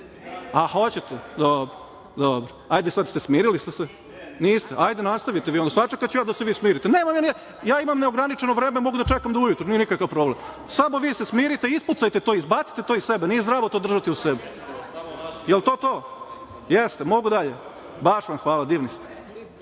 A hoćete. Dobro. Hajde sada ste se smirili. Niste? Nastavite vi onda. Sačekaću ja da se vi smirite. Ja imam neograničeno vreme, mogu da čekam do ujutru, nije nikakav problem. Samo se vi smirite, ispucajte to, izbacite to iz sebe, nije zdravo to držati u sebi. Jel to to? Jeste. Mogu dalje? Baš vam hvala, divni